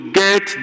get